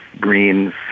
Greens